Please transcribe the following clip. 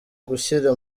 gushyira